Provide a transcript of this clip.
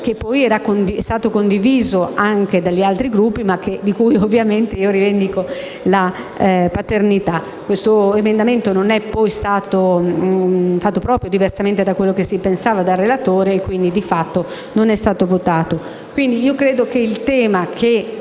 che poi è stato condiviso anche dagli altri Gruppi ma di cui ovviamente io rivendico la paternità. Questo emendamento non è poi stato fatto proprio, diversamente da quanto si pensava, dal relatore, quindi di fatto non è stato votato.